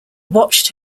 watched